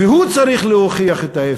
והוא צריך להוכיח את ההפך,